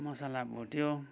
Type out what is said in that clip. मसला भुट्यो